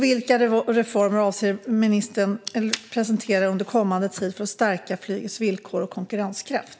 Vilka reformer avser ministern att presentera under den kommande tiden för att stärka flygets villkor och konkurrenskraft?